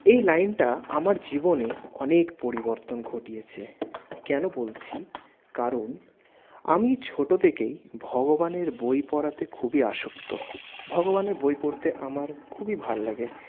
এই লাইনটা আমার জীবনে অনেক পরিবর্তন ঘটিয়েছে কেন বলছি কারণ আমি ছোটো থেকেই ভগবানের বই পড়াতে খুবই আসক্ত ভগবানের বই পড়তে আমার খুবই ভাল লাগে